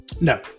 No